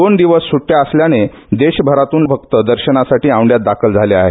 दोन दिवस सुइया असल्याने देशभरातून भक्त औंढ्यात दाखल झाले आहेत